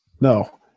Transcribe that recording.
No